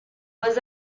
was